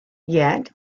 yet